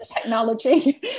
technology